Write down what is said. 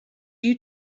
you